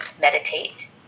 meditate